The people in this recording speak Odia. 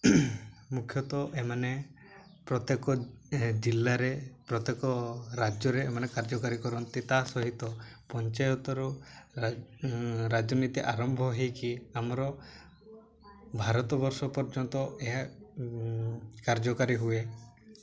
ମୁଖ୍ୟତଃ ଏମାନେ ପ୍ରତ୍ୟେକ ଜିଲ୍ଲାରେ ପ୍ରତ୍ୟେକ ରାଜ୍ୟରେ ଏମାନେ କାର୍ଯ୍ୟକାରୀ କରନ୍ତି ତା ସହିତ ପଞ୍ଚାୟତରୁ ରାଜ ରାଜନୀତି ଆରମ୍ଭ ହେଇକି ଆମର ଭାରତବର୍ଷ ପର୍ଯ୍ୟନ୍ତ ଏହା କାର୍ଯ୍ୟକାରୀ ହୁଏ